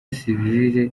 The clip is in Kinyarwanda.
sivile